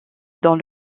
dans